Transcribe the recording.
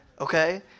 okay